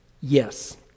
yes